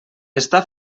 està